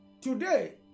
Today